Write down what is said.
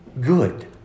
good